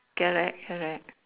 correct correct